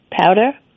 powder